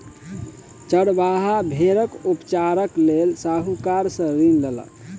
चरवाहा भेड़क उपचारक लेल साहूकार सॅ ऋण लेलक